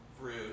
rude